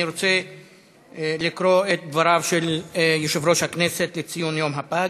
אני רוצה לקרוא את דבריו של יושב-ראש הכנסת לציון יום הפג.